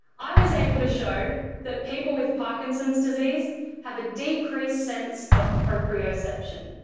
i was able to show that people with parkinson's disease have a decreased sense of proprioception,